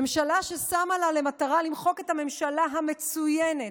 ממשלה ששמה לה למטרה למחוק את הממשלה המצוינת,